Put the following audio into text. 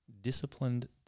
disciplined